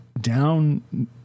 down